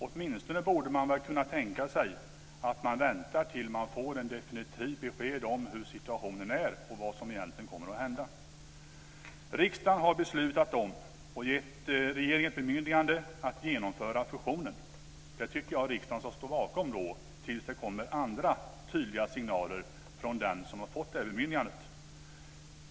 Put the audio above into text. Åtminstone borde man tänkas vänta tills man får ett definitivt besked om hur situationen är och vad som egentligen kommer att hända. Riksdagen har beslutat om och gett regeringen ett bemyndigande att genomföra fusionen. Det tycker jag att riksdagen ska stå bakom tills det kommer andra tydliga signaler från den som fått bemyndigandet.